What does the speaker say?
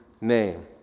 name